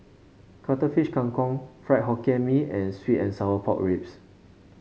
Cuttlefish Kang Kong Fried Hokkien Mee and sweet and Sour Pork Ribs